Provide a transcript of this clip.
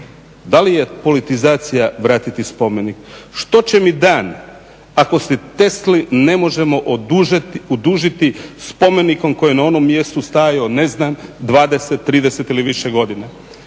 Da li je politizacija vratiti spomenik? Što će mi dan ako se Tesli ne možemo odužiti spomenikom koji je na onom mjestu stajao ne znam 20, 30 ili više godina?